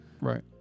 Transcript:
Right